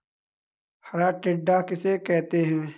हरा टिड्डा किसे कहते हैं?